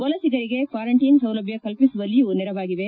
ವಲಸಿಗರಿಗೆ quarantine ಸೌಲಭ್ಯ ಕಲ್ಪಿಸುವಲ್ಲಿಯೂ ನೆರವಾಗಿವೆ